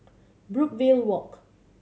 Brookvale Walk